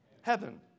heaven